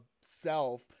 self